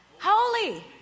Holy